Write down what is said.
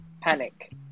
panic